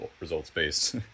results-based